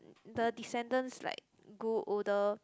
the descendants like grow older